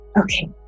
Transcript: Okay